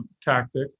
tactic